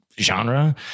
genre